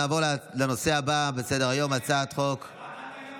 נעבור לנושא הבא על סדר-היום, הצעת חוק, אדוני,